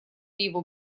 его